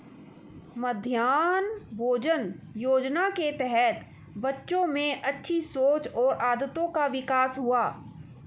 मध्याह्न भोजन योजना के तहत बच्चों में अच्छी सोच और आदतों का विकास हुआ